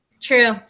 True